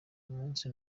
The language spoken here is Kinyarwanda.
umunsi